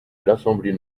l’assemblée